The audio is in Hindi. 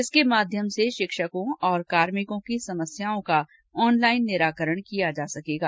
इसके माध्यम से शिक्षकों और कार्मिकों की समस्याओं का ऑनलाईन निराकरण किया जा सकेगा